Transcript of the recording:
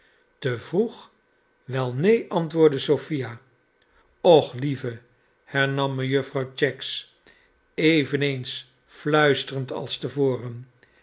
te vroeg wel neen antwoordde sophia och lievel hernam mejuffer cheggs eveneens fluisterend als te voren